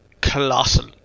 colossal